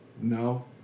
no